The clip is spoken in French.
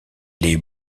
les